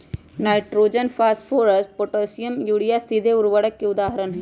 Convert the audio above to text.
nitrogen, phosphorus, potassium, urea सीधे उर्वरक के उदाहरण हई